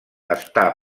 està